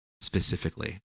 specifically